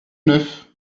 neuf